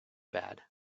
bad